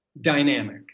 dynamic